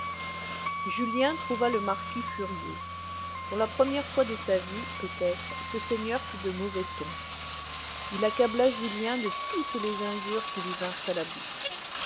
julien trouva le marquis furieux pour la première fois de sa vie peut-être ce seigneur fut de mauvais ton il accabla julien de toutes les injures qui lui vinrent à la bouche